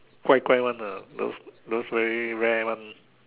怪怪 one ah those those very rare [one]